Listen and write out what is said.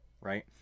right